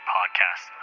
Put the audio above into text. Podcast